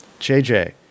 JJ